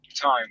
time